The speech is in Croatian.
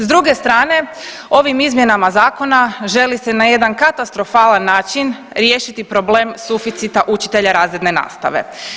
S druge strane ovim izmjenama zakona želi se na jedan katastrofalan način riješiti problem suficita učitelja razredne nastave.